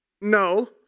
No